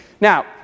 Now